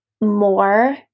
more